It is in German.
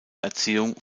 erziehung